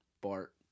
Bart